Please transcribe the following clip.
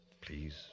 please